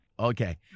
Okay